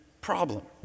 problem